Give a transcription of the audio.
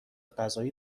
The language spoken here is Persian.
غذایی